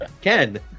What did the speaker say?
Ken